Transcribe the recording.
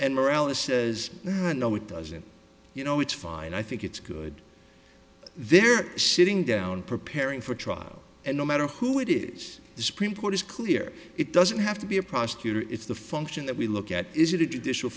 and marella says no it doesn't you know it's fine i think it's good they're sitting down preparing for trial and no matter who it is the supreme court is clear it doesn't have to be a prosecutor it's the function that we look at is it a